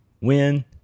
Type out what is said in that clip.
Win